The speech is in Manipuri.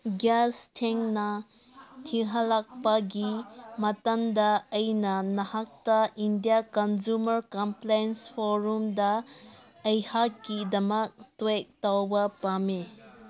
ꯒ꯭ꯌꯥꯁ ꯊꯦꯡꯅ ꯊꯤꯜꯍꯜꯂꯛꯄꯒꯤ ꯃꯇꯥꯡꯗ ꯑꯩꯅ ꯅꯍꯥꯛꯇ ꯏꯟꯗꯤꯌꯥ ꯀꯟꯖꯨꯃꯔ ꯀꯝꯄ꯭ꯂꯦꯟ ꯐꯣꯔꯨꯝꯗ ꯑꯩꯍꯥꯛꯀꯤꯗꯃꯛ ꯇꯨꯋꯤꯠ ꯇꯧꯕ ꯄꯥꯝꯃꯤ